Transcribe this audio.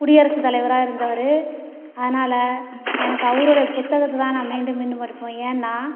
குடியரசுத் தலைவராக இருந்தவர் அதனால் எனக்கு அவருடைய புத்தகத்தைதான் நான் மீண்டும் மீண்டும் படிப்போம் ஏன்னா